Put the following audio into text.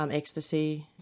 um ecstasy.